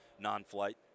non-flight